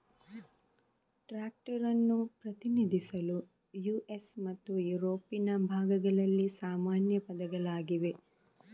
tractor ಅನ್ನು ಪ್ರತಿನಿಧಿಸಲು US ಮತ್ತು ಯುರೋಪಿನ ಭಾಗಗಳಲ್ಲಿ ಸಾಮಾನ್ಯ ಪದಗಳಾಗಿವೆ